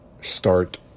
start